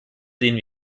lehnen